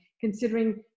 considering